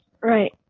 Right